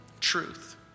Truth